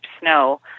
snow